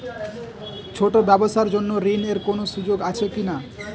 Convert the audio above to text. ছোট ব্যবসার জন্য ঋণ এর কোন সুযোগ আছে কি না?